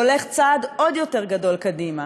הולך צעד עוד יותר גדול קדימה.